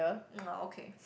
mm ah okay